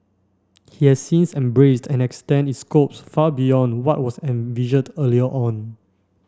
he has since embraced and extend its scope far beyond what was envisioned earlier on